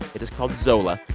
it is called zola.